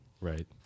Right